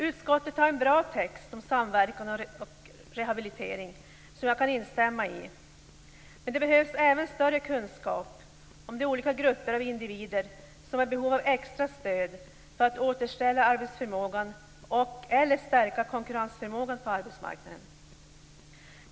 Utskottet har en bra text om samverkan och rehabilitering som jag kan instämma i. Men det behövs även större kunskap om de olika grupper av individer som har behov av extra stöd för att återställa arbetsförmågan och/eller stärka konkurrensförmågan på arbetsmarknaden.